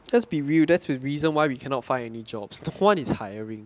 let's be real that's the reason why we cannot find any jobs no one is hiring